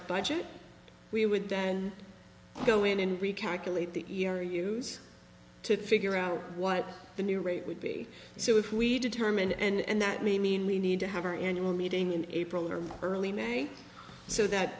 budget we would dan go in and recalculate the e r use to figure out what the new rate would be so if we determined and that may mean we need to have our annual meeting in april or early may so that